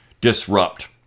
disrupt